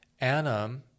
Anna